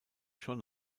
schon